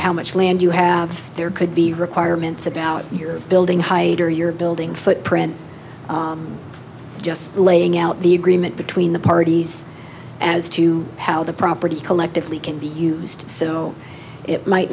how much land you have there could be requirements about your building height or your building footprint just laying out the agreement between the parties as to how the property collectively can be used so it might